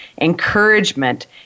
encouragement